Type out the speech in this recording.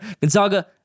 Gonzaga